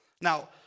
Now